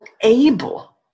able